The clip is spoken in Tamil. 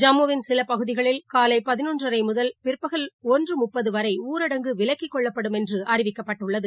ஜம்முவின் சில ஃபகுதிகளில் காலைபதினொன்றரைமுதல் பிற்பகல் ஒன்றுமுப்பதுவரைஊரடங்கு விலக்கிக்கொள்ளப்படும் என்றுஅறிவிக்கப்பட்டுள்ளது